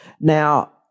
Now